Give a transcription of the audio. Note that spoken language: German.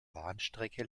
bahnstrecke